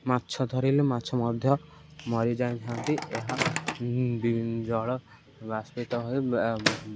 ମାଛ ଧରିଲେ ମାଛ ମଧ୍ୟ ମରିଯାଇଥାନ୍ତି ଏହା ଜଳ ବାଷ୍ପିତ ହୋଇ